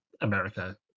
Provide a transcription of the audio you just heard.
America